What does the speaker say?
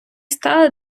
стали